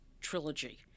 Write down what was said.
trilogy